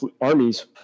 armies